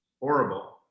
Horrible